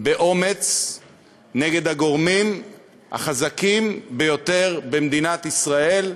באומץ נגד הגורמים החזקים ביותר במדינת ישראל,